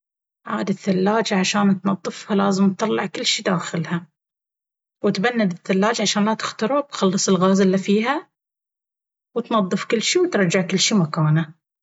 عاد الثلاجة عشان تنظفها لازم تطلع كل شي داخلها وتبند الثلاجة عشان لا تخترب ويخلص الغاز الا فيها وتنظف كل شي وترجع كل شي مكانه.